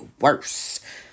worse